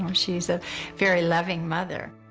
um she is a very loving mother.